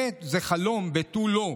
ובאמת זה חלום ותו לא,